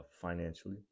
financially